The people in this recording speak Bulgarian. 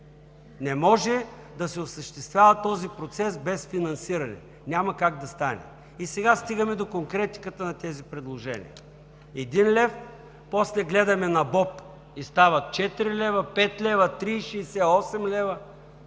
Не може да се осъществява този процес без финансиране, няма как да стане. Сега стигаме до конкретиката на тези предложения – един лев, после гледаме на боб и стават четири лева, пет лева,